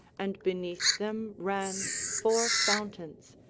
and beneath them ran four fountains,